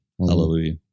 Hallelujah